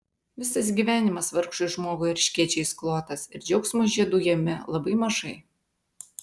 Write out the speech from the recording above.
visas gyvenimas vargšui žmogui erškėčiais klotas ir džiaugsmo žiedų jame labai mažai